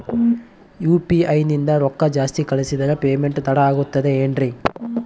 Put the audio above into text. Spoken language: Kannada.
ಯು.ಪಿ.ಐ ನಿಂದ ರೊಕ್ಕ ಜಾಸ್ತಿ ಕಳಿಸಿದರೆ ಪೇಮೆಂಟ್ ತಡ ಆಗುತ್ತದೆ ಎನ್ರಿ?